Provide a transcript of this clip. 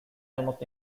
almost